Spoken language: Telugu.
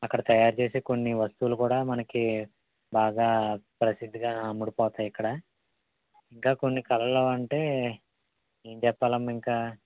అక్కడ తయారు చేసే కొన్ని వస్తువులు కూడా మనకి బాగా ప్రసిద్ధిగా అమ్ముడుపోతాయి ఇక్కడ ఇంకా కొన్ని కళలు అంటే ఏం చెప్పాలమ్మ ఇంకా